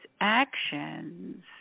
actions